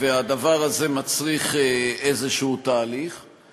והדבר הזה מצריך תהליך כלשהו.